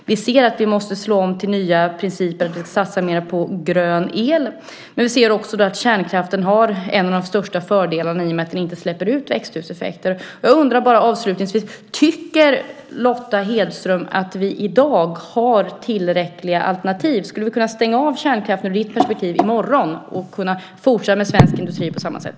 Vi ser att vi måste slå om till nya principer och satsa mer på grön el, men vi ser också att kärnkraften har en av de största fördelarna i och med att den inte släpper ut växthusgaser. Avslutningsvis undrar jag bara: Tycker Lotta Hedström att vi i dag har tillräckliga alternativ? Skulle vi ur ditt perspektiv kunna stänga av kärnkraften i morgon och fortsätta med svensk industri på samma sätt?